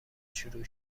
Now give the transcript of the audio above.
شروع